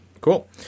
cool